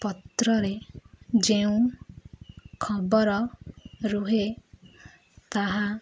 ପତ୍ରରେ ଯେଉଁ ଖବର ରୁହେ ତାହା